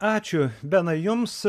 ačiū benai jums